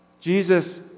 Jesus